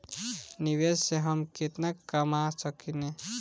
निवेश से हम केतना कमा सकेनी?